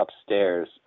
upstairs